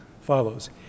follows